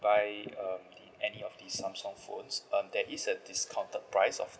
buy um the any of the Samsung phones um there is the discounted price of